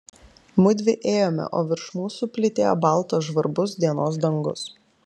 mudvi ėjome o virš mūsų plytėjo baltas žvarbus dienos dangus